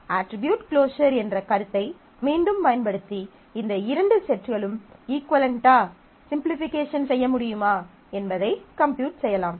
attribute closure என்ற கருத்தை மீண்டும் பயன்படுத்தி இந்த இரண்டு செட்களும் இஃக்குவளென்டா சிம்பிளிபிகேஷன் செய்ய முடியுமா என்பதை கம்ப்யூட் செய்யலாம்